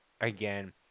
again